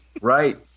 Right